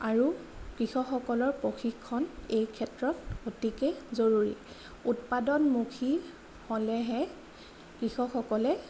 আৰু কৃষকসকলৰ প্ৰশিক্ষণ এইক্ষেত্ৰত অতিকে জৰুৰী উৎপাদনমুখী হ'লেহে কৃষকসকলে